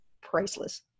priceless